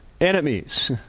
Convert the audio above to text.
enemies